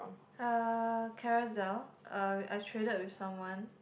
uh Carousell uh I traded with someone